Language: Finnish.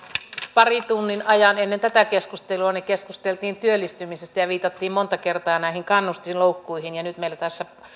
parin tunnin ajan ennen tätä keskustelua keskusteltiin työllistymisestä ja viitattiin monta kertaa näihin kannustinloukkuihin ja nyt meillä tässä